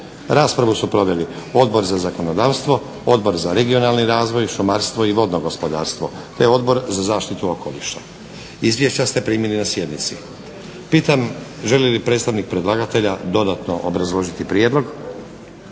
Raspravu su proveli Odbor za zakonodavstvo, Odbor za regionalni razvoj, šumarstvo i vodno gospodarstvo te Odbor za zaštitu okoliša. Izvješća ste primili na sjednici. Pitam želi li predstavnik predlagatelja dodatno obrazložiti prijedlog?